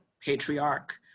patriarch